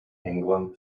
england